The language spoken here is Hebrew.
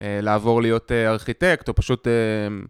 לעבור להיות ארכיטקט, או פשוט...